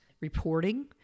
reporting